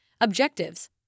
Objectives